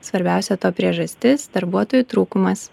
svarbiausia to priežastis darbuotojų trūkumas